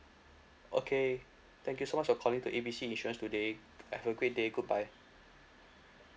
okay thank you so much for calling to A B C insurance today have a great day goodbye